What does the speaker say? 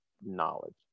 knowledge